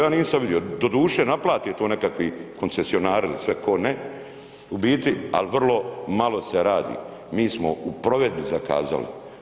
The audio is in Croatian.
Ja nisam vidio, doduše naplate to nekakvi koncesionari ili sve ko ne u biti ali vrlo malo se radi, mi smo u provedbi zakazali.